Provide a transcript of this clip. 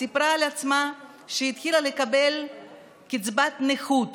סיפרה על עצמה שהיא התחילה לקבל קצבת נכות